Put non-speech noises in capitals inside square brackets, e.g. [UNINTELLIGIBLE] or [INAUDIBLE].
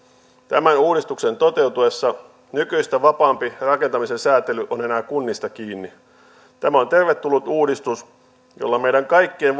tämän uudistuksen toteutuessa nykyistä vapaampi rakentamisen säätely on enää kunnista kiinni tämä on tervetullut uudistus jolla meidän kaikkien [UNINTELLIGIBLE]